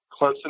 Clemson